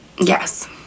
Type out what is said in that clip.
Yes